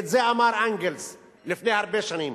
את זה אמר אנגלס לפני הרבה שנים.